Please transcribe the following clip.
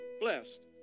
Blessed